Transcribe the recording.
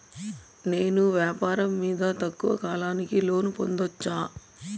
నేను వ్యాపారం మీద తక్కువ కాలానికి లోను పొందొచ్చా?